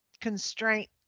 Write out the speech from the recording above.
constraint